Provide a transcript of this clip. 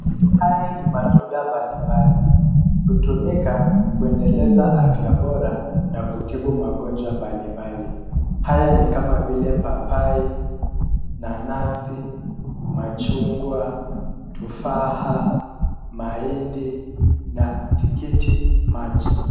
Haya ni matunda mbalimbali. Hutumika kuendeleza afya bora ya kutibu magonjwa mbalimbali. Haya ni kama vile papai, nanasi, machungwa, tufaha, mahindi na tikitimaji.